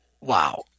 Wow